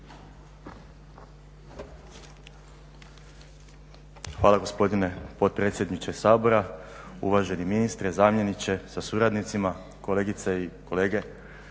Hvala gospodine potpredsjedniče Sabora, uvaženi ministre, zamjeniče sa suradnicima, kolegice i kolege